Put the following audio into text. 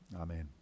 Amen